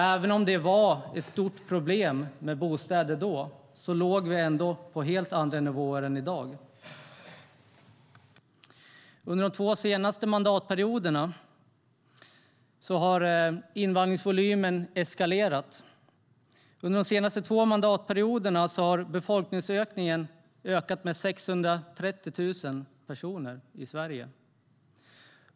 Även om problemet med bostäder var ett stort problem redan då låg vi ändå på helt andra nivåerUnder de två senaste mandatperioderna har invandringsvolymen eskalerat. Befolkningen i Sverige har ökat med 630 000 personer.